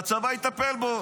והצבא יטפל בו,